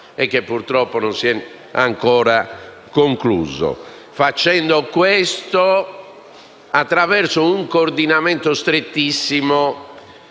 e che purtroppo non si è ancora concluso. Occorre agire attraverso un coordinamento strettissimo